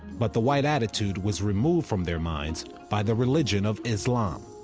but the white attitude was removed from their minds by the religion of islam.